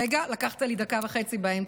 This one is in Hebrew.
רגע, לקחת לי דקה וחצי באמצע.